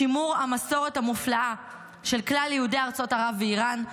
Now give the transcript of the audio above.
שימור המסורת המופלאה של כלל יהודי ארצות ערב ואיראן,